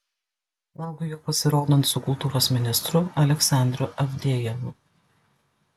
laukiu jo pasirodant su kultūros ministru aleksandru avdejevu